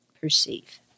perceive